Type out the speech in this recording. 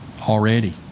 already